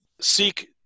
seek